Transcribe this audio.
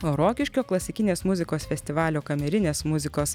o rokiškio klasikinės muzikos festivalio kamerinės muzikos